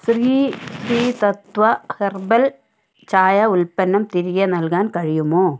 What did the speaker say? Shri Sri Tattva herbal ചായ ഉൽപ്പന്നം തിരികെ നൽകാൻ കഴിയുമോ